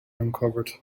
uncovered